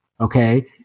Okay